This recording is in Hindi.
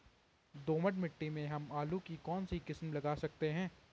दोमट मिट्टी में हम आलू की कौन सी किस्म लगा सकते हैं?